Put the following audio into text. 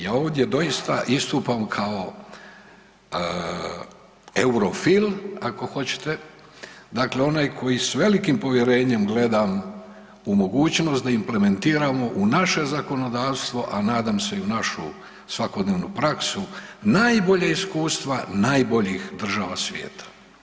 Ja ovdje doista istupam kao eurofil, ako hoćete, dakle onaj koji s velikim povjerenjem gledam u mogućnost da implementiramo u naše zakonodavstvo, a nadam se i u našu svakodnevnu praksu najbolja iskustva, najboljih država svijeta.